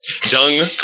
Dung